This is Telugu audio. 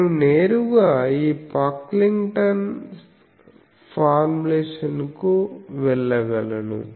నేను నేరుగా ఈ పాక్లింగ్టన్ ఫార్ములేషన్ కు వెళ్ళగలను